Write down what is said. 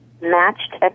matched